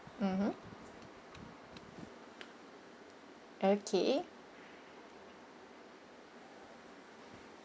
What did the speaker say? mmhmm okay